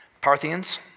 Parthians